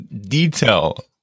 detail